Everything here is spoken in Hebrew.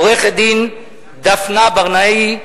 עורכת-הדין דפנה ברנאי,